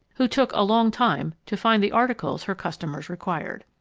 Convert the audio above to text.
who took a long time to find the articles her customers required.